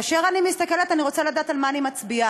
כאשר אני מסתכלת, אני רוצה לדעת על מה אני מצביעה,